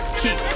keep